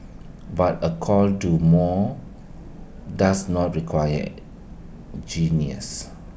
but A call do more does not require genius